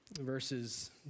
verses